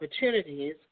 opportunities